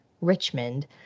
Richmond